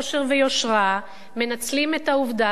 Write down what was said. שבחוסר ערכים וחוסר מוסר וחוסר יושר ויושרה מנצלים את העובדה